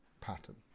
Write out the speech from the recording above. pattern